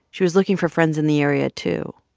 she was looking for friends in the area too.